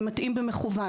הם מטעים במכוון.